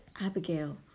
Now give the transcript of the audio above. Abigail